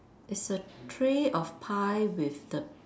is a tray of pie with the